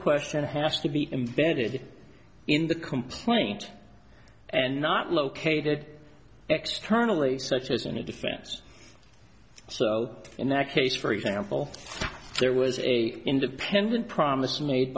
question has to be embedded in the complaint and not located externally such as in the defense so in that case for example there was a independent promise made